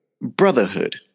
brotherhood